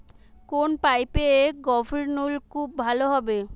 কোন পাইপে গভিরনলকুপ ভালো হবে?